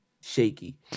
shaky